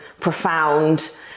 profound